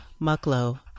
Mucklow